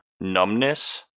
numbness